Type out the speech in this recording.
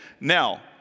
Now